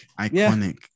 iconic